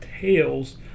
tails